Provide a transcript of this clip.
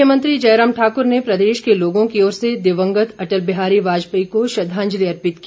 मुख्यमंत्री जयराम ठाक्र ने प्रदेश के लोगों की ओर से दिवंगत अटल बिहारी वाजपेयी को श्रद्दांजलि अर्पित की